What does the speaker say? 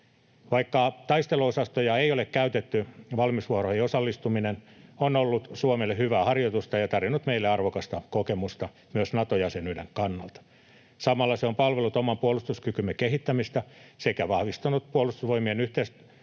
Vaikka taisteluosastoja ei ole käytetty, valmiusvuoroihin osallistuminen on ollut Suomelle hyvää harjoitusta ja tarjonnut meille arvokasta kokemusta myös Nato-jäsenyyden kannalta. Samalla se on palvellut oman puolustuskykymme kehittämistä sekä vahvistanut Puolustusvoimien yhteisoperaatiokykyä